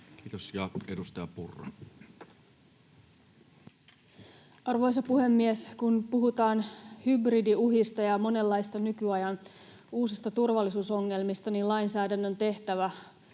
Time: 13:08 Content: Arvoisa puhemies! Kun puhutaan hybridiuhista ja monenlaisista nykyajan uusista turvallisuusongelmista, niin lainsäädännön tehtävä